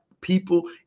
people